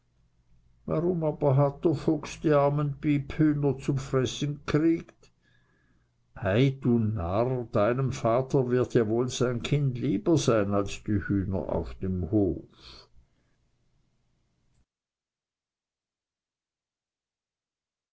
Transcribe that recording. armen piephühner zu fressen kriegt ei du narr deinem vater wird ja wohl sein kind lieber sein als die hühner auf dem hof